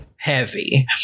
heavy